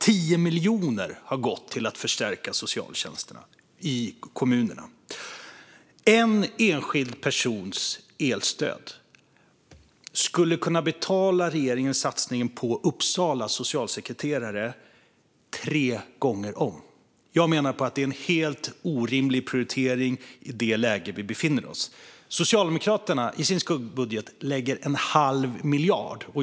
10 miljoner har gått till att förstärka socialtjänsten i kommunerna. En enskild persons elstöd skulle kunna betala regeringens satsning på Uppsalas socialsekreterare tre gånger om. Jag menar att detta är en helt orimlig prioritering i det läge som vi befinner oss i. Socialdemokraterna lägger i sin skuggbudget en halv miljard.